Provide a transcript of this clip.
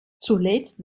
zuletzt